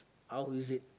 how is it